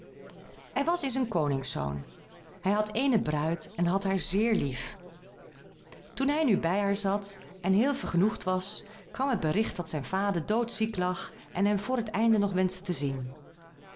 er was eens een koningszoon hij had eene bruid en had haar zéér lief toen hij nu bij haar zat en heel vergenoegd was kwam het bericht dat zijn vader doodziek lag en hem vr het einde nog wenschte te zien